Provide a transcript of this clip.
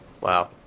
Wow